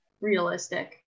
realistic